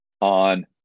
on